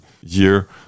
year